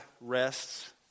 rests